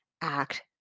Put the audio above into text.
act